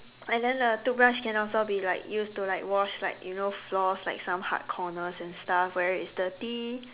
and then the toothbrush can also be like used to like wash like you know floors like some hard corners and stuff where it is dirty